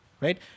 right